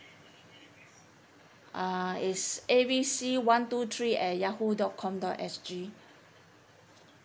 uh is A B C one to three at yahoo dot com dot S_G